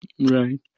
Right